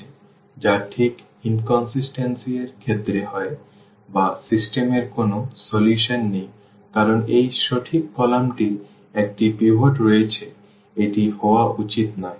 সুতরাং যা ঠিক ইনকন্সিস্টেন্সি এর ক্ষেত্রে হয় বা সিস্টেম এর কোনও সমাধান নেই কারণ এই সঠিক কলামটির একটি পিভট রয়েছে এটি হওয়া উচিত নয়